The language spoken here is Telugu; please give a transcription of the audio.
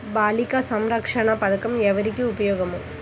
బాలిక సంరక్షణ పథకం ఎవరికి ఉపయోగము?